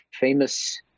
famous